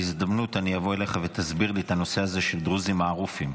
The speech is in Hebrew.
בהזדמנות אני אבוא אליך ותסביר לי את הנושא הזה של דרוזים מערופים.